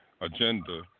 agenda